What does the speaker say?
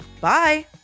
bye